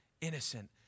innocent